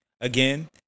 again